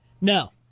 no